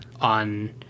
on